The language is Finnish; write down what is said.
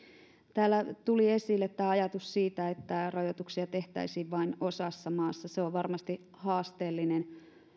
täällä tuli esille tämä ajatus siitä että rajoituksia tehtäisiin vain osassa maata se on varmasti haasteellinen